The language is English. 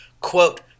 Quote